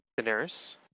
Daenerys